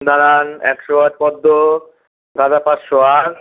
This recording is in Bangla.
দাঁড়ান একশো আট পদ্ম গাঁদা পাঁচশো আর